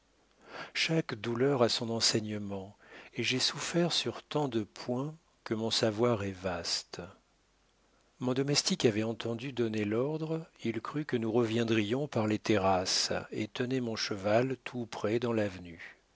chaque douleur a son enseignement et j'ai souffert sur tant de points que mon savoir est vaste mon domestique avait entendu donner l'ordre il crut que nous reviendrions par les terrasses et tenait mon cheval tout prêt dans l'avenue